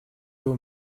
дүү